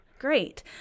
Great